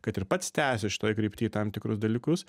kad ir pats tęsiu šitoj krypty tam tikrus dalykus